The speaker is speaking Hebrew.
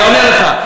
אני עונה לך.